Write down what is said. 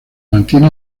mantiene